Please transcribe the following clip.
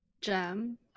gem